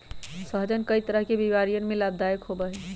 सहजन कई तरह के बीमारियन में लाभदायक होबा हई